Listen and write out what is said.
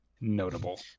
notable